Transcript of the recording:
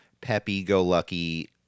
peppy-go-lucky